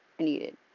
needed